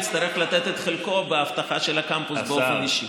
יצטרך לתת את חלקו באבטחה של הקמפוס באופן אישי.